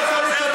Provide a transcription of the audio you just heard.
אז על זה אתה,